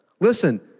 Listen